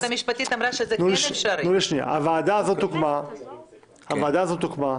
מה שנקבע הוא שוועדת הכנסת תקבע איזו ועדה תדון באישור הצו,